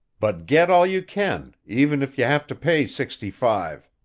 but get all you can, even if you have to pay sixty-five.